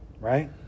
right